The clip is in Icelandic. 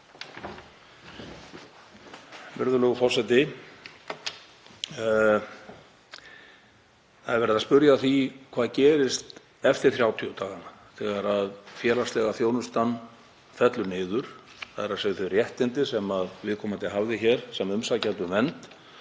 Það er verið að spyrja að því hvað gerist eftir 30 dagana þegar félagslega þjónustan fellur niður, þ.e. þegar þau réttindi sem viðkomandi hafði hér sem umsækjandi um vernd